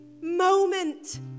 moment